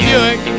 Buick